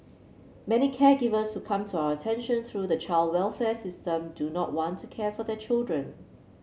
many caregivers who come to our attention through the child welfare system do not want to care for their children